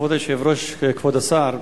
כבוד היושב-ראש, כבוד השר,